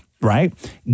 right